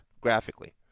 graphically